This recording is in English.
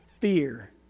fear